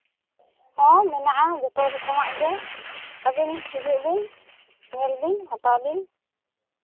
ᱦᱮᱸ ᱢᱮᱱᱟᱜᱼᱟ ᱡᱚᱛᱚ ᱨᱚᱠᱚᱢᱟᱟᱜ ᱜᱮ ᱟᱹᱵᱤᱱ ᱦᱤᱡᱩᱜ ᱵᱤᱱ ᱧᱮᱞ ᱵᱤᱱ ᱦᱟᱛᱟᱣ ᱵᱤᱱ